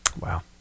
Wow